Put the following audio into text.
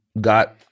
Got